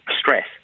Stress